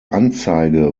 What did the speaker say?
anzeige